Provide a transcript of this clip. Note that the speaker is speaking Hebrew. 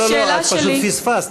לא לא לא, פשוט פספסת.